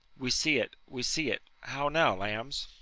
we see it, we see it. how now, lambs!